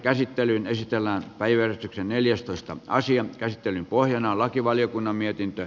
käsittelyn pohjana on lakivaliokunnan mietintö